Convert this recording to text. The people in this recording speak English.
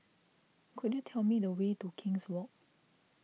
could you tell me the way to King's Walk